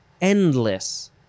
endless